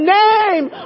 name